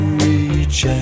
reach